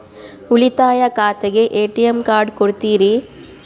ಉಳಿತಾಯ ಖಾತೆಗೆ ATM card ಕೊಡ್ತೇರಿ?